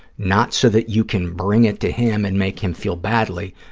not so that you can bring it to him and make him feel badly,